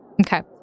Okay